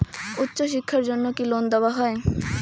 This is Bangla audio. উচ্চশিক্ষার জন্য কি লোন দেওয়া হয়?